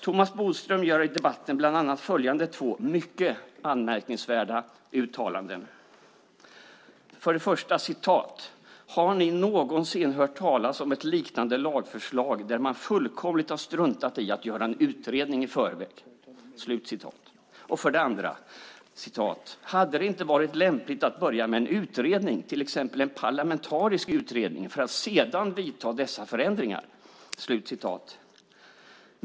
Thomas Bodström gör i debatten bland annat följande två mycket anmärkningsvärda uttalanden: Har ni någonsin hört talas om ett liknande lagförslag där man fullkomligt har struntat i att göra en utredning i förväg? Hade det inte varit lämpligt att börja med en utredning, till exempel en parlamentarisk utredning, för att sedan vidta dessa förändringar?